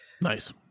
Nice